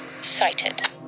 sighted